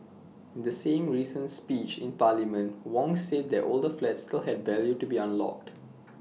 in the same recent speech in parliament Wong said that older flats still had value to be unlocked